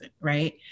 right